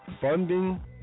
funding